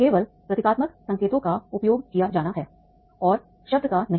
केवल प्रतीकात्मक संकेतों का उपयोग किया जाना है और शब्द का नहीं